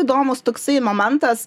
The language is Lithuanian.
įdomus toksai momentas